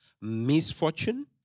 misfortune